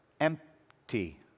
empty